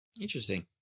Interesting